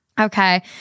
Okay